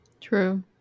true